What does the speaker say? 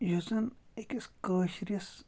یُس زَن أکِس کٲشرِس